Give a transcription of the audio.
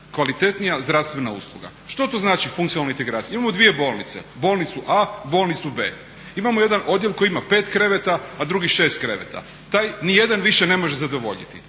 kvalitetnija zdravstvena usluga. Što to znači funkcionalna integracija? Imamo dvije bolnice, bolnicu A, bolnicu B, imamo jedan odjel koji ima pet kreveta, a drugi šest kreveta, taj nijedan više ne može zadovoljiti,